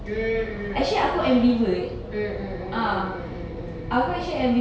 mm mm mm mm mm mm mm mm mm mm mm mm